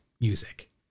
music